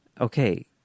okay